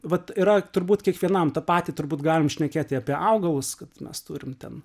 vat yra turbūt kiekvienam tą patį turbūt galim šnekėti apie augalus kad mes turim ten